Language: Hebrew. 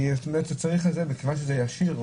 מכיוון שזה ישיר,